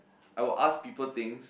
I will ask people things